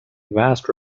vast